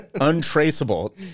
Untraceable